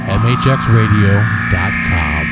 mhxradio.com